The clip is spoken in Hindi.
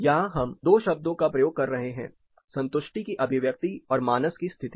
यहाँ हम दो शब्दों का उपयोग कर रहे हैं संतुष्टि की अभिव्यक्ति और मानस की स्थिति